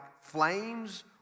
flames